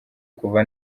kuva